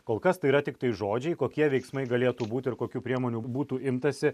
kol kas tai yra tiktai žodžiai kokie veiksmai galėtų būti ir kokių priemonių būtų imtasi